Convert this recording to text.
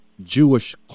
Jewish